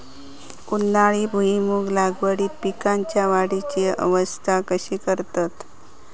उन्हाळी भुईमूग लागवडीत पीकांच्या वाढीची अवस्था कशी करतत?